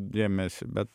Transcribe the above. dėmesį bet